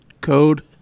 code